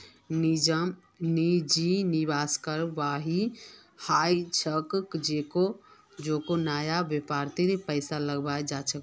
निजी निवेशक वई ह छेक जेको नया व्यापारत पैसा लगा छेक